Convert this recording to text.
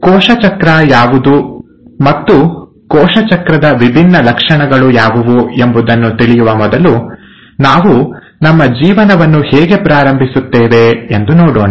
ಕೋಶ ಚಕ್ರ ಯಾವುದು ಮತ್ತು ಕೋಶ ಚಕ್ರದ ವಿಭಿನ್ನ ಲಕ್ಷಣಗಳು ಯಾವುವು ಎಂಬುದನ್ನು ತಿಳಿಯುವ ಮೊದಲು ನಾವು ನಮ್ಮ ಜೀವನವನ್ನು ಹೇಗೆ ಪ್ರಾರಂಭಿಸುತ್ತೇವೆ ಎಂದು ನೋಡೋಣ